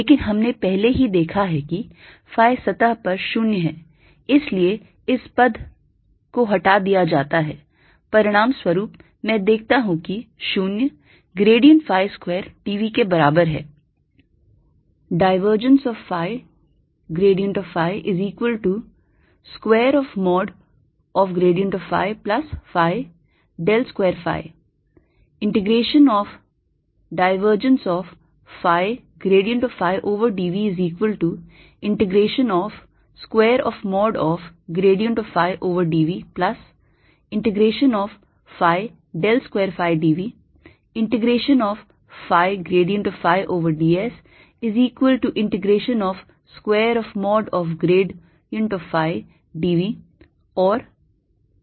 लेकिन हमने पहले ही देखा है कि phi सतह पर 0 है और इसलिए इस पद को हटा दिया जाता है परिणाम स्वरूप मैं देखता हूं कि 0 grad phi square d v के बराबर है